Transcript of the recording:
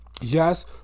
Yes